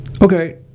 Okay